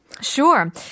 Sure